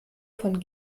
von